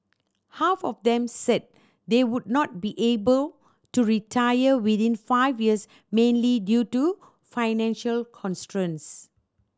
half of them said they would not be able to retire within five years mainly due to financial constraints